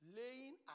laying